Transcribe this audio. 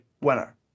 winner